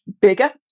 bigger